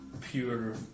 pure